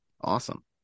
Awesome